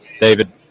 David